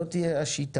זאת תהיה השיטה.